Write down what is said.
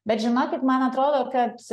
bet žinokit man atrodo kad